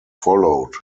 followed